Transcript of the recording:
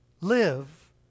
Live